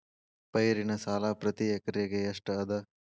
ಪೈರಿನ ಸಾಲಾ ಪ್ರತಿ ಎಕರೆಗೆ ಎಷ್ಟ ಅದ?